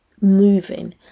moving